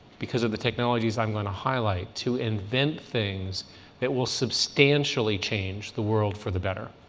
because of the technologies i'm going to highlight, to invent things that will substantially change the world for the better.